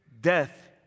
death